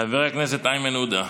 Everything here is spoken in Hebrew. חבר הכנסת איימן עודה,